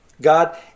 God